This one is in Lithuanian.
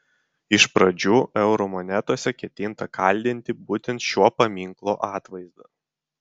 iš pradžių eurų monetose ketinta kaldinti būtent šio paminklo atvaizdą